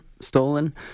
stolen